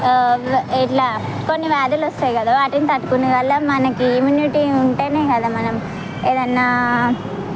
ఎట్లా కొన్ని వ్యాధులు వస్తాయి కదా వాటిని తట్టుకొనే వల్ల మనకి ఇమ్యూనిటీ ఉంటేనే కదా మనం ఏదన్నా